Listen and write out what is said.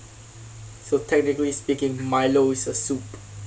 so technically speaking milo is a soup